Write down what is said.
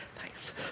Thanks